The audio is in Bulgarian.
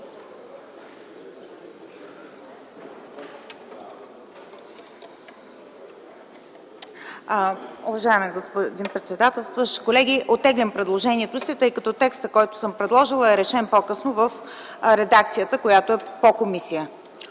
Уважаеми господин председател, колеги! Оттеглям предложението си, тъй като текстът, който съм предложила, е решен по-късно в редакцията на комисията.